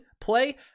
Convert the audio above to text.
play